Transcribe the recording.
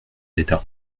d’état